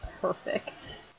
perfect